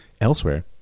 Elsewhere